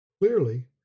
Clearly